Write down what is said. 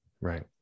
Right